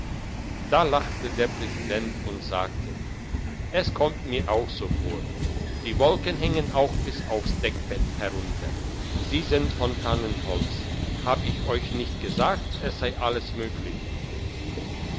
da lachte der präsident und sagte es kommt mir auch so vor die wolken hängen auch bis aufs deckbett herunter sie sind von tannenholz hab ich euch nicht gesagt es sei alles möglich